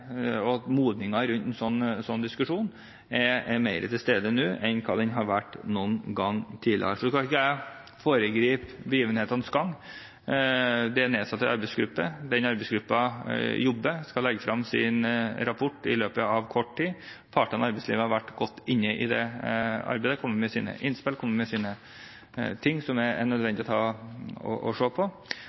nå enn den har vært noen gang tidligere. Nå skal ikke jeg foregripe begivenhetenes gang, det er nedsatt en arbeidsgruppe som jobber og skal legge frem sin rapport i løpet av kort tid. Partene i arbeidslivet har vært godt inne i det arbeidet. De har kommet med sine innspill, kommet med sine ting som det er nødvendig å